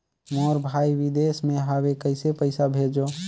मोर भाई विदेश मे हवे कइसे पईसा भेजो?